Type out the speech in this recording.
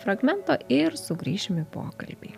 fragmento ir sugrįšim į pokalbį